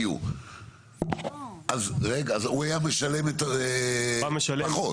אז הוא היה משלם פחות?